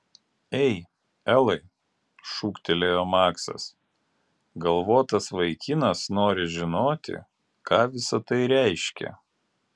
ei elai šūktelėjo maksas galvotas vaikinas nori žinoti ką visa tai reiškia